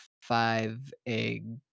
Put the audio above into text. five-egg